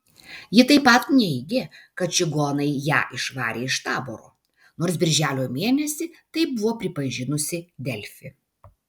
ji taip pat neigė kad čigonai ją išvarė iš taboro nors birželio mėnesį tai buvo pripažinusi delfi